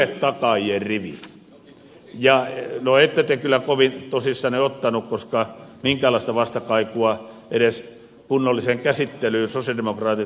no ette te kyllä kovin tosissanne ottaneet koska minkäänlaista vastakaikua edes kunnolliseen käsittelyyn sosialidemokraatit eivät teiltä saaneet